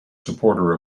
supporter